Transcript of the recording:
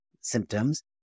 symptoms